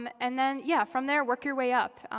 and then yeah from there, work your way up.